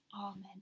Amen